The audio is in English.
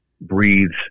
breathes